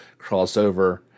crossover